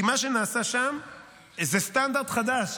כי מה שנעשה שם זה סטנדרט חדש.